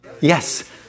Yes